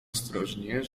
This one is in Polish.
ostrożnie